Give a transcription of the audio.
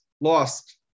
lost